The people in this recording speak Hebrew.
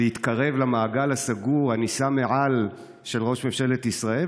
להתקרב למעגל הסגור הנישא מעל של ראש ממשלת ישראל,